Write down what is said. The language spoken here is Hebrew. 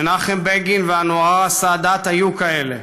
מנחם בגין ואנואר סאדאת היו כאלה.